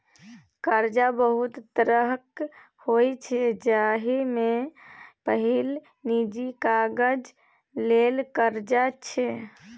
करजा बहुत तरहक होइ छै जाहि मे पहिल निजी काजक लेल करजा छै